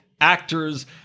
actors